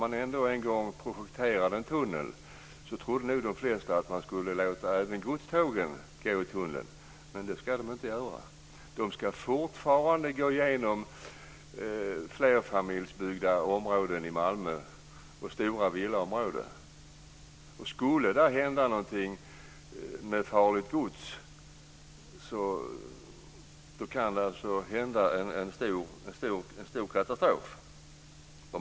När man en gång ändå projekterade för en tunnel trodde nog de flesta att man skulle låta även godstågen gå i tunneln. Men det ska de inte göra, utan de ska fortfarande gå genom områden i Malmö med flerfamiljshus och genom stora villaområden. Skulle något hända där med farligt gods kan det alltså bli en stor katastrof.